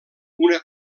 una